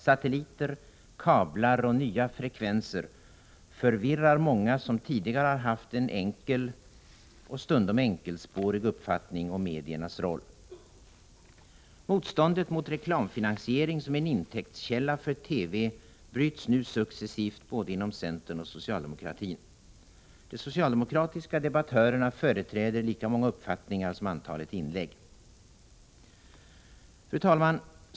Satelliter, kablar och nya frekvenser förvirrar många som tidigare har haft en enkel och stundom enkelspårig uppfattning om mediernas roll. Motståndet mot reklamfinansiering som en intäktskälla för TV bryts nu successivt inom både centern och socialdemokratin. De socialdemokratiska debattörerna företräder lika många uppfattningar som antalet inlägg. Fru talman!